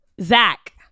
Zach